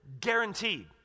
guaranteed